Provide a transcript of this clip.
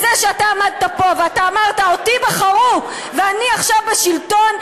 זה שאתה עמדת פה ואמרת: אותי בחרו ואני עכשיו בשלטון,